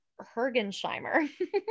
Hergensheimer